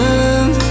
Love